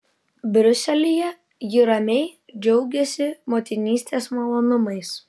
briuselyje ji ramiai džiaugiasi motinystės malonumais